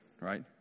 right